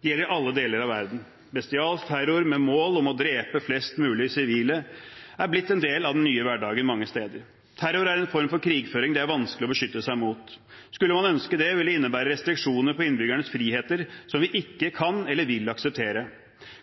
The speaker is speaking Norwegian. det gjelder i alle deler av verden. Bestialsk terror, med mål om å drepe flest mulig sivile, er blitt en del av den nye hverdagen mange steder. Terror er en form for krigføring det er vanskelig å beskytte seg mot. Skulle man ønske det, ville det innebære restriksjoner på innbyggernes friheter som vi ikke kan eller vil akseptere.